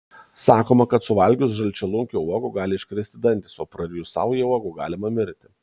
sakoma kad suvalgius žalčialunkio uogų gali iškristi dantys o prarijus saują uogų galima mirti